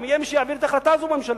אם יהיה מי שיעביר את ההחלטה הזו בממשלה.